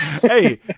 Hey